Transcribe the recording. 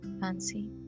fancy